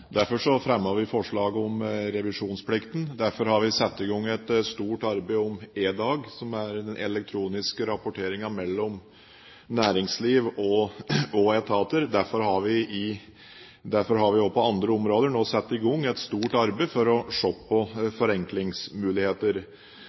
vi forslag om revisjonsplikten. Derfor har vi satt i gang et stort arbeid om EDAG, som er den elektroniske rapporteringen mellom næringsliv og etater. Derfor har vi også på andre områder nå satt i gang et stort arbeid for å se på